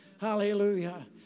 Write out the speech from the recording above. Hallelujah